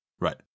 Right